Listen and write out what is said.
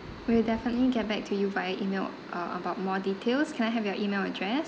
we'll definitely get back to you via email uh about more details can I have your email address